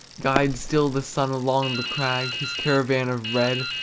guides still the sun along the crag his caravan of red,